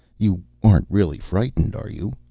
you aren't really frightened, are you?